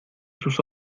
sus